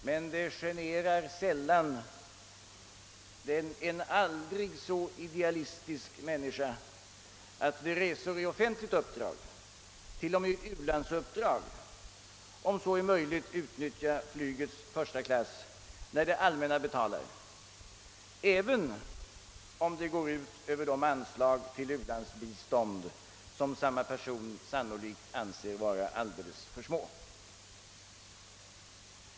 Men det generar sällan en aldrig så idealistisk människa att vid resor i offentligt uppdrag, t.o.m. i u-landsuppdrag, om så är möjligt utnyttja flygets första klass när det allmänna betalar, även om detta går ut över de anslag till u-landsbistånd som samma person sannolikt anser vara alldeles för små.